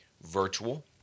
virtual